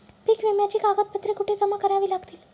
पीक विम्याची कागदपत्रे कुठे जमा करावी लागतील?